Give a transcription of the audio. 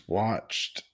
watched